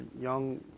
young